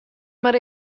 mar